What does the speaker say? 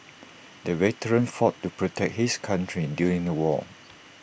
the veteran fought to protect his country during the war